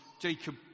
Jacob